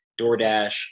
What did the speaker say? DoorDash